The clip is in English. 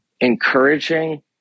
encouraging